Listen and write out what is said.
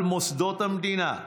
על מוסדות המדינה,